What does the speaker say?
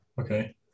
okay